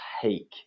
take